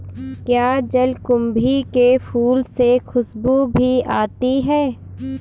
क्या जलकुंभी के फूलों से खुशबू भी आती है